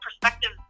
perspective